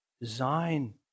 design